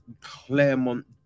Claremont